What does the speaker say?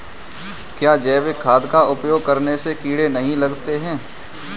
क्या जैविक खाद का उपयोग करने से कीड़े नहीं लगते हैं?